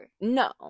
no